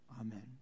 amen